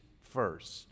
first